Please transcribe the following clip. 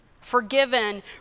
forgiven